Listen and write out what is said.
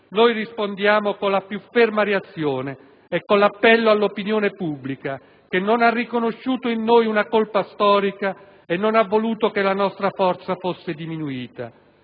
noi rispondiamo con la più ferma reazione e con l'appello all'opinione pubblica che non ha riconosciuto in noi una colpa storica e non ha voluto che la nostra forza fosse diminuita